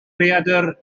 rhaeadr